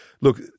look